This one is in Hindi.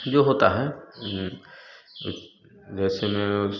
जो होता है ये जैसे में उस